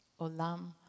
Olam